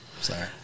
Sorry